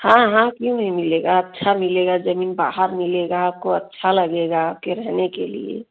हाँ हाँ क्यों नहीं मिलेगा अच्छा मिलेगा जमीन बाहर मिलेगा आपको अच्छा लगेगा आपके रहने के लिए